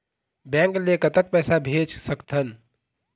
Bank ले कतक पैसा भेज सकथन?